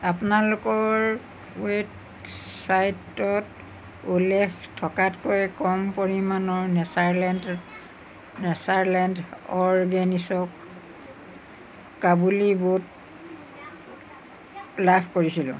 আপোনালোকৰ ৱেবছাইটত উল্লেখ থকাতকৈ কম পৰিমাণৰ নেচাৰেলেণ্ট্ৰ নেচাৰলেণ্ড অৰ্গেনিক্ছ কাবুলী বুট লাভ কৰিছিলোঁ